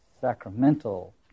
sacramental